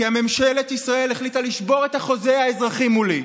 כי ממשלת ישראל החליטה לשבור את החוזה האזרחי מולי.